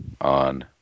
on